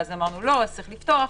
ואז אמרנו: אז צריך לפתוח.